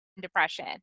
depression